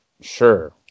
sure